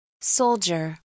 Soldier